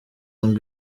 ngo